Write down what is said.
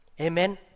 Amen